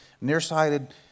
Nearsighted